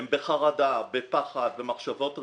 הם בחרדה, הם בפחד, הם במחשבות רדיפה,